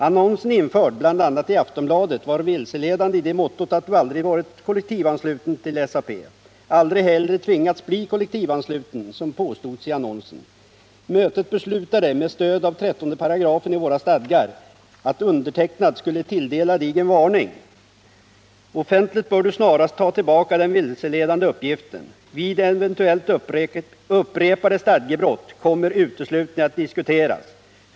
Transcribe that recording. Annonsen, införd i bl.a. Aftonbladet, var vilseledande i det måttot att Du aldrig varit kollektivansluten till SAP. Aldrig heller tvingats att bli kollektivansluten som påstods i annonsen. Mötet beslutade, med stöd av 13 §ivåra stadgar, att undertecknad skulle tilldela Dig en varning. Offentligt bör Du snarast ta tillbaka den vilseledande uppgiften. Vid eventuellt upprepade stadgebrott kommer uteslutning att diskuteras.